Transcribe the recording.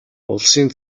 улсын